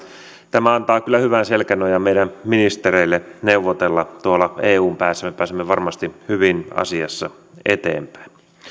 tämä antaa kyllä hyvän selkänojan meidän ministereillemme neuvotella tuolla eun päässä me pääsemme varmasti hyvin asiassa eteenpäin